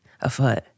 afoot